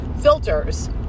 filters